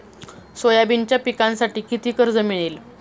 सोयाबीनच्या पिकांसाठी किती कर्ज मिळेल?